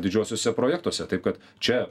didžiuosiuose projektuose taip kad čia